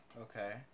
Okay